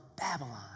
Babylon